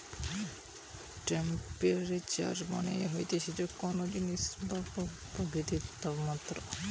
temperature মানে হতিছে কোন জিনিসের বা প্রকৃতির তাপমাত্রা